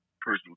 personal